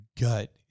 gut